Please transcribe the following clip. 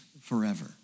forever